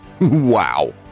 Wow